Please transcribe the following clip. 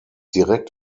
direkt